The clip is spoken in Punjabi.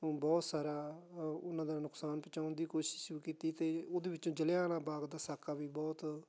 ਬਹੁਤ ਸਾਰਾ ਉਹਨਾਂ ਦਾ ਨੁਕਸਾਨ ਪਹੁੰਚਾਉਣ ਦੀ ਕੋਸ਼ਿਸ਼ ਵੀ ਕੀਤੀ ਅਤੇ ਉਹਦੇ ਵਿੱਚੋਂ ਜ਼ਲ੍ਹਿਆਂ ਵਾਲਾ ਬਾਗ ਦਾ ਸਾਕਾ ਵੀ ਬਹੁਤ